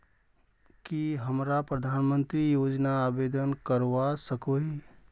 की हमरा प्रधानमंत्री योजना आवेदन करवा सकोही?